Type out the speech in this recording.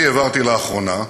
אני העברתי לאחרונה,